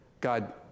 God